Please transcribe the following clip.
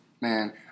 Man